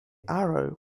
arrow